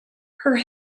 her